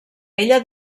ella